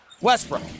Westbrook